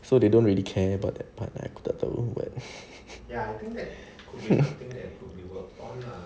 so they don't really care about that part aku tak tahu but